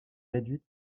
réduite